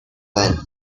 man